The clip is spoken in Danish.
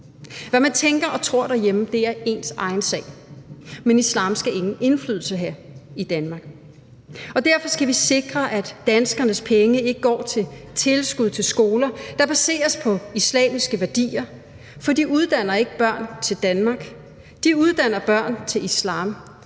Hvad man tænker og tror derhjemme, er ens egen sag, men islam skal ingen indflydelse have i Danmark, og derfor skal vi sikre, at danskernes penge ikke går til tilskud til skoler, der baseres på islamiske værdier. For de uddanner ikke børn til Danmark, de uddanner børn til islam,